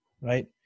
right